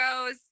goes